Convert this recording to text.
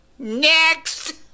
Next